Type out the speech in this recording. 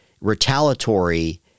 retaliatory